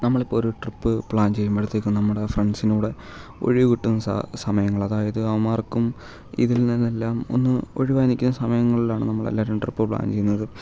നമ്മളിപ്പോൾ ഒരു trip plan ചെയ്യുമ്പോ ത്തേക്കും നമ്മുടെ ഫ്രണ്ട്സിൻ്റെ കൂടെ ഒഴിവ് കിട്ടുന്ന സാ സമയങ്ങൾ അതായത് അവന്മാർക്കും ഇതിൽ നിന്നെല്ലാം ഒന്ന് ഒഴിവായി നിൽക്കുന്ന സമയങ്ങളിലാണ് നമ്മളെല്ലാവരും ട്രിപ്പ് പ്ലാൻ ചെയ്യുന്നത്